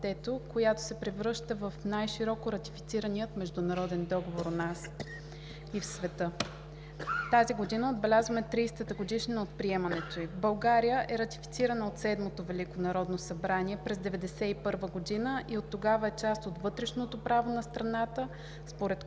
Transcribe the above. която се превръща в най-широко ратифицирания международен договор у нас и в света. Тази година отбелязваме 30-ата годишнина от приемането ѝ. В България е ратифицирана от Седмото велико народно събрание през 1991 г. Оттогава е част от вътрешното право на страната според